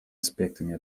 аспектами